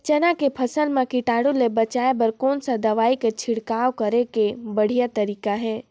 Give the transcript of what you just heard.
चाना के फसल मा कीटाणु ले बचाय बर कोन सा दवाई के छिड़काव करे के बढ़िया तरीका हे?